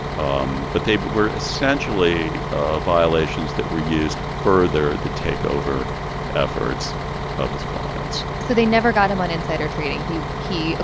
um but they but were essentially ah violations that were used to further the takeover efforts of his clients so they never got him on insider trading. he. no.